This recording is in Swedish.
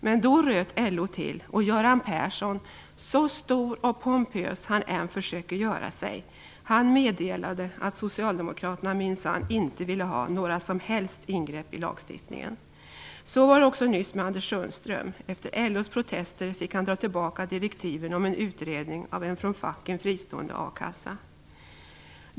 Men då röt LO till och Göran Persson, så stor och pompös han än försöker göra sig, meddelade att socialdemokraterna minsann inte ville ha några som helst ingrepp i lagstiftningen. Så var det också nyss med Anders Sundström. Efter LO:s protester fick han dra tillbaka direktiven om en utredning av en från facken fristående a-kassa.